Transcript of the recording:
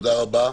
תודה רבה.